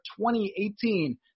2018